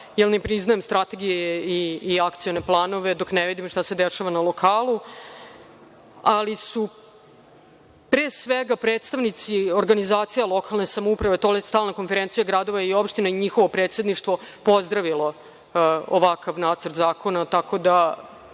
jer ne priznajem strategije i akcione planove dok ne vidim šta se dešava na lokalu. Ali, pre svega su predstavnici organizacija lokalne samouprave tj. „Stalna konferencija gradova i opština“ i njihovo predsedništvo pozdravilo ovakav nacrt zakona. Tako da